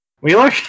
Wheeler